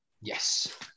Yes